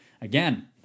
Again